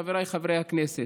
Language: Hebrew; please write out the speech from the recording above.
חבריי חברי הכנסת,